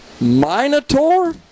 Minotaur